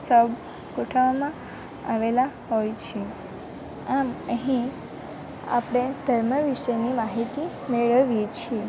શબ ગોઠવવામાં આવેલાં હોય છે આમ અહીં આપણે ધર્મ વિશેની માહિતી મેળવીએ છીએ